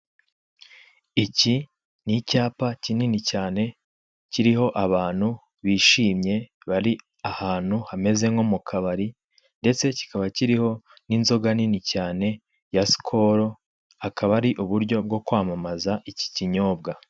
Iki ni icyapa kinini cyane kiriho abantu bishmye bari ahantu hameze nko mu kabari ndetse kikaba kiriho n' inzoga nini cyane ya skol akaba ari uburyo bwo kwamamaza iki kinyobwa.